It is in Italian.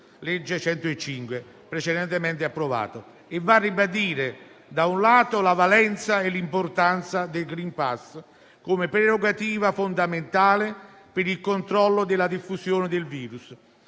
del 2021, precedentemente approvato, e va a ribadire, da un lato, la valenza e l'importanza del *green pass* come prerogativa fondamentale per il controllo della diffusione del virus*,*